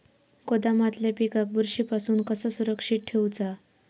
गोदामातल्या पिकाक बुरशी पासून कसा सुरक्षित ठेऊचा?